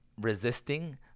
resisting